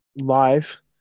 live